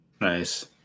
Nice